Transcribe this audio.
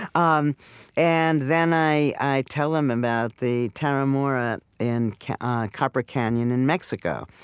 um and then i i tell them about the tarahumara in copper canyon in mexico,